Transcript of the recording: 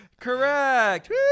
Correct